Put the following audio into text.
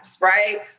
right